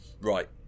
right